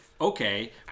okay